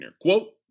Quote